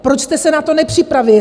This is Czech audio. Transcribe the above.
Proč jste se na to nepřipravili?